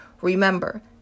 Remember